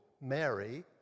Mary